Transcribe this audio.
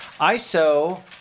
ISO